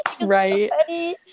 Right